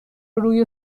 روی